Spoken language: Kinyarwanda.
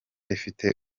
ifite